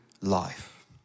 life